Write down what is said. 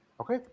Okay